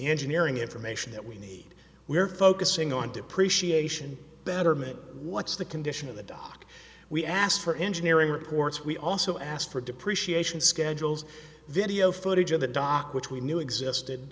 engineering information that we need we are focusing on depreciation betterment what's the condition of the dock we asked for engineering reports we also asked for depreciation schedules video footage of the dock which we knew existed